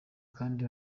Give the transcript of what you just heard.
kandi